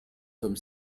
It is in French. tome